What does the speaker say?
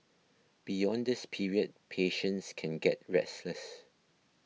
beyond this period patients can get restless